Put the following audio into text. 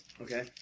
Okay